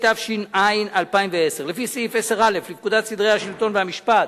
התש"ע 2010. לפי סעיף 10א לפקודת סדרי השלטון והמשפט,